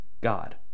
God